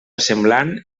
semblant